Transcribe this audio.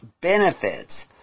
benefits